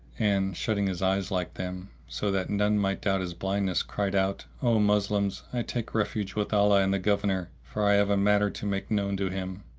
and, shutting his eyes like them, so that none might doubt his blindness, cried out, o moslems, i take refuge with allah and the governor, for i have a matter to make known to him!